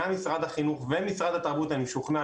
גם משרד החינוך ומשרד התרבות אני משוכנע,